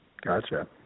gotcha